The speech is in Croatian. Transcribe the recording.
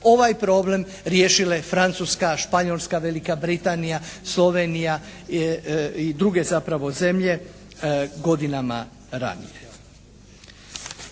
ovaj problem riješile Francuska, Španjolska, Velika Britanija, Slovenija i druge zapravo zemlje godinama ranije.